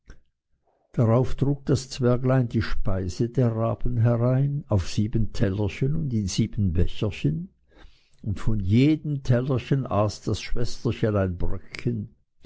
darauf trug das zwerglein die speise der raben herein auf sieben tellerchen und in sieben becherchen und von jedem tellerchen aß das schwesterchen